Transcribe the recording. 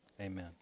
amen